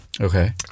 Okay